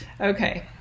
okay